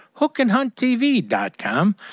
HookandHuntTV.com